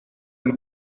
ein